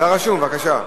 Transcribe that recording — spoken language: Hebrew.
בבקשה.